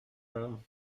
pas